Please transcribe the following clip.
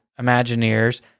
Imagineers